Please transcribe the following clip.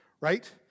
Right